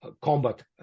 combat